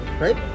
right